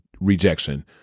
rejection